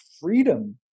freedom